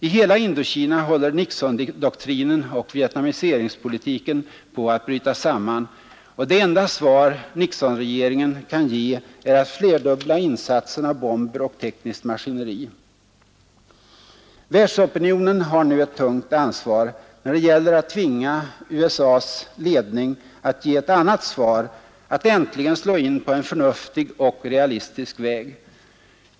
I hela Indokina håller Nixondoktrinen och vietnamiseringspolitiken på att bryta samman, och det enda svar Nixonregeringen kan ge är att flerdubbla insatsen av bomber och tekniskt maskineri. Världsopinionen har nu ett tungt ansvar när det gäller att tvinga USA:s ledning att ge ett annat svar, att äntligen slå in på en förnuftig och realistisk väg.